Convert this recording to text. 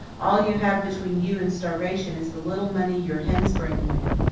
all you have between you and starvation is the little money your hens bring you in.